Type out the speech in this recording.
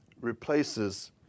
replaces